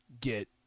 get